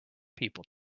people